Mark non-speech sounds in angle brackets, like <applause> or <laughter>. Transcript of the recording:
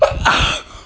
<coughs>